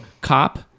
cop